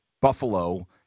Buffalo